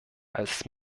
als